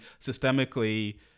systemically